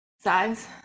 Size